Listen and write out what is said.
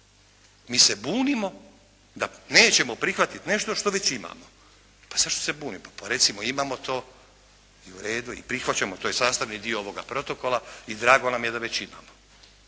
Mi se bunimo da nećemo prihvatiti nešto što već imamo. Pa zašto se bunimo? Pa recimo imamo to i u redu. Prihvaćamo. To je sastavni dio ovoga protokola i drago nam je da već imamo.